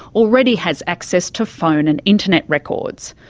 already has access to phone and internet records,